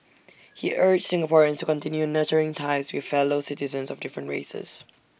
he urged Singaporeans to continue nurturing ties with fellow citizens of different races